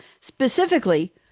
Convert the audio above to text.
specifically